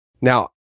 Now